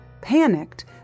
Panicked